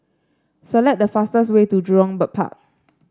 select the fastest way to Jurong Bird Park